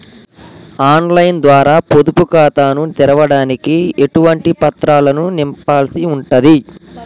On line ద్వారా పొదుపు ఖాతాను తెరవడానికి ఎటువంటి పత్రాలను నింపాల్సి ఉంటది?